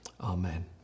Amen